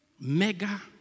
Mega